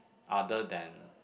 other than